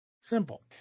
Simple